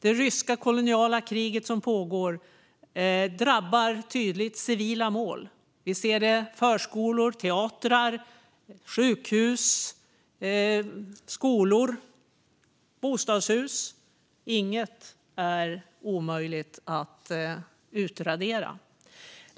Det ryska koloniala krig som pågår drabbar tydligt civila mål. Förskolor, teatrar, sjukhus, skolor, bostadshus - inget är omöjligt att utradera.